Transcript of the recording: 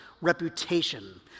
reputation